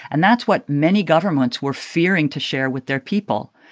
and that's what many governments were fearing to share with their people.